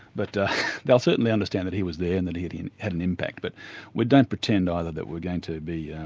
but they'll certainly understand that he was there and that he had he and had an impact, but we don't pretend either that we're going to be yeah